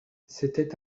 c’était